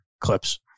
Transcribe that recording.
clips